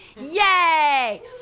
yay